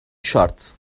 şart